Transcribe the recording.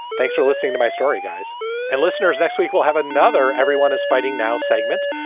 thanks for listening to my story, guys and listeners. next week, we'll have another everyone is fighting now segment.